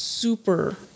Super